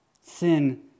Sin